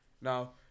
Now